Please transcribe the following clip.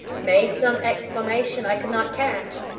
made some exclamation i could not catch,